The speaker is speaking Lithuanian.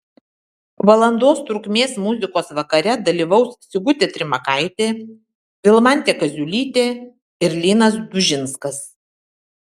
valandos trukmės muzikos vakare dalyvaus sigutė trimakaitė vilmantė kaziulytė ir linas dužinskas